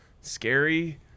scary